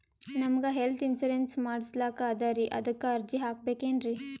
ನಮಗ health insurance ಮಾಡಸ್ಲಾಕ ಅದರಿ ಅದಕ್ಕ ಅರ್ಜಿ ಹಾಕಬಕೇನ್ರಿ?